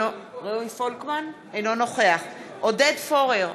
אינו נוכח עודד פורר,